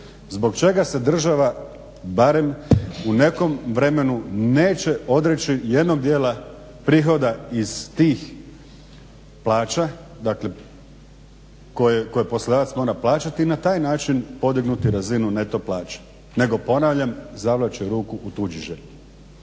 zbog čega se država barem u nekom vremenu neće odreći jednog dijela prihoda iz tih plaća, dakle koje poslodavac mora plaćati, i na taj način podignuti razinu neto plaće? Nego ponavljam zavlači ruku u tuđi džep.